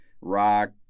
rock